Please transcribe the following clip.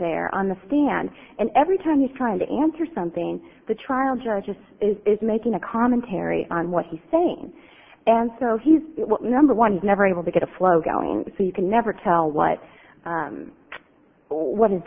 there on the stand and every time he's trying to answer something the trial judge just is making a commentary on what he's saying and so he's number one he's never able to get a flow going so you can never tell what what his